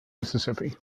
mississippi